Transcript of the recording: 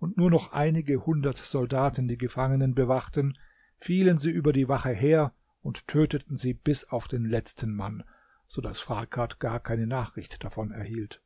und nur noch einige hundert soldaten die gefangenen bewachten fielen sie über die wache her und töteten sie bis auf den letzten mann so daß farkad gar keine nachricht davon erhielt